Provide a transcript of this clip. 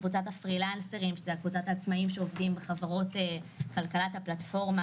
קבוצת הפרילנסרים שזו קבוצת העצמאים שעובדים בחברות כלכלת הפלטפורמה,